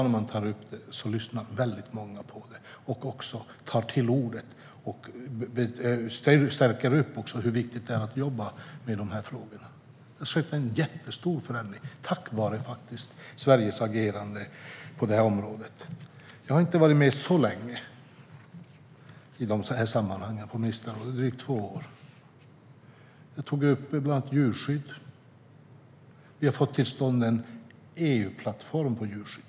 När man tar upp det i dag är det många som lyssnar, och de förstärker också hur viktigt det är att jobba med de här frågorna. Det har skett en jättestor förändring, tack vare Sveriges agerande på området. Jag har inte varit med på ministerråden så länge, drygt två år. Jag har bland annat tagit upp djurskydd. Vi har fått till stånd en EU-plattform för djurskydd.